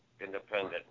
Independent